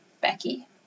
Becky